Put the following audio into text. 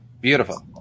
Beautiful